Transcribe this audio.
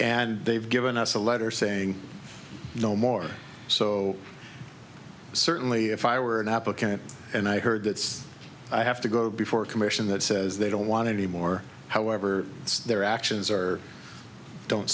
and they've given us a letter saying no more so certainly if i were an applicant and i heard that i have to go before a commission that says they don't want anymore however their actions or don't